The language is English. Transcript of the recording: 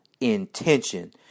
intention